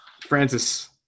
Francis